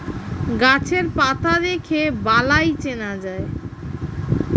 গাছের পাতা দেখে বালাই চেনা যায়